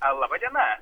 laba diena